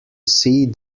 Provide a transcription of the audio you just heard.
see